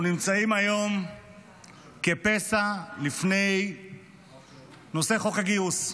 אנחנו נמצאים היום כפסע לפני נושא חוק הגיוס.